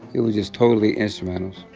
it was just totally instrumentals.